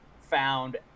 found